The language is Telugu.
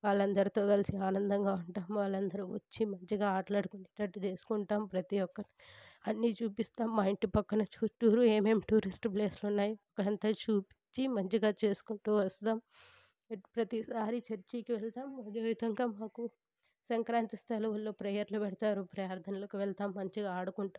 వాళ్లందరితో కలిసి ఆనందంగా ఉంటాం వాళ్ళందరూ వచ్చి మంచిగా ఆటలాడుకునేటట్టు చేసుకుంటాం ప్రతి ఒక్కరికి అన్నీ చూపిస్తాం మా ఇంటి పక్కన చుట్టూ ఏమేమి టూరిస్ట్ ప్లేసెస్ ఉన్నాయి అంతా చూపించి మంచిగా చేసుకుంటూ వస్తాం ప్రతిసారి చర్చికి వెళ్తాం అదేవిధంగా మాకు సంక్రాంతి సెలవుల్లో ప్రేయర్లు పెడతారు ప్రార్ధనలకు వెళతాం మంచిగా ఆడుకుంటాం